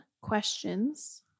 questions